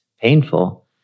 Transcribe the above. painful